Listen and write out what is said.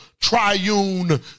triune